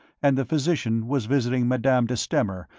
and the physician was visiting madame de stamer,